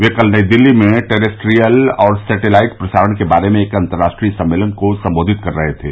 वे कल नई दिल्ली में टरेस्ट्रीयल और सेटेलाइट प्रसारण के बारे में एक अंतर्राष्ट्रीय सम्मेलन को संबेधित कर रहे थे